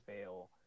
fail –